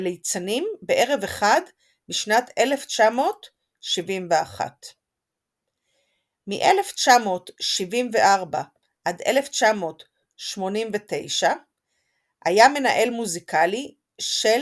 וליצנים בערב אחד בשנת 1971. מ-1974 עד 1989 היה מנהל מוזיקלי של